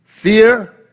Fear